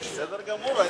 בסדר גמור.